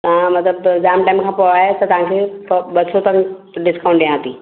तव्हां मतलबु जाम टाइम खां पोइ आया आहियो त तव्हांखे सौ ॿ सौ ताईं डिस्काउंट ॾियां थी